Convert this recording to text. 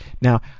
Now